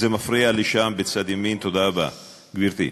זה מפריע לי שם, בצד ימין, תודה רבה, גברתי,